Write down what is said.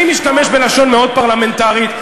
אני משתמש בלשון מאוד פרלמנטרית.